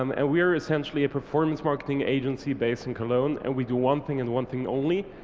um and we're essentially a performance marketing agency based in cologne and we do one thing and one thing only,